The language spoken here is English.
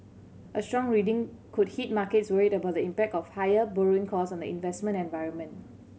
a strong reading could hit markets worried about the impact of higher borrowing costs on the investment environment